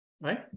right